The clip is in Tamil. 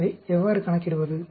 எனவே எவ்வாறு கணக்கிடுவது